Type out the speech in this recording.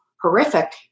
horrific